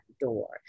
door